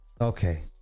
Okay